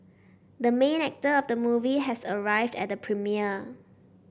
the main actor of the movie has arrived at the premiere